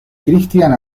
christian